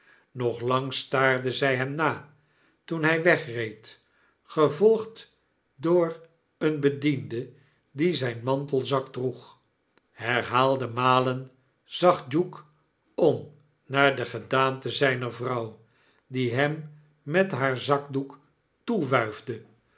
nog lang staarde zij hem na toen hy wegreed gevolgd door een bediende die zyn mantelzak droeg herhaalde malen zag duke om naar de gedaante zyner vrouw die hem met haar zakdoek